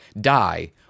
die